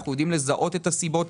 אנחנו יודעים לזהות את הסיבות,